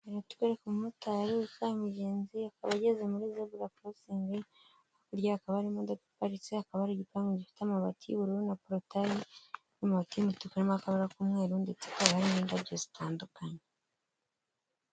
Bari kutwereka umumotari utwaye umugenzi akaba ageze muri zebura korosingi hakurya hapaba hari imodoka iparitse, hakaba hari gipangu gifite amabati y'ubururu na porutayi. Mu mabati y'umutuku hakaba harimo akabara k'umweru, ndetse hakaba hari n'indabyo zitandukanye.